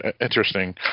interesting